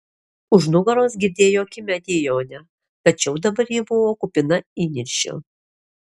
už nugaros girdėjo kimią dejonę tačiau dabar ji buvo kupina įniršio